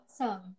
awesome